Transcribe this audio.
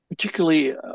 Particularly